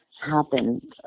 happen